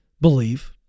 believe